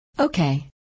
Okay